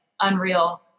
unreal